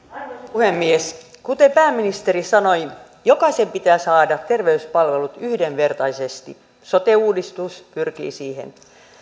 puhemies kuten pääministeri sanoi jokaisen pitää saada terveyspalvelut yhdenvertaisesti sote uudistus pyrkii siihen